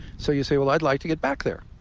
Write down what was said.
so you say, well, i'd like to get back there.